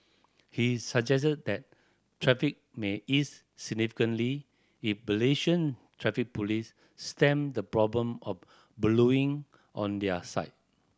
he suggested that traffic may ease significantly if Malaysian Traffic Police stemmed the problem of ballooning on their side